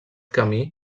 camí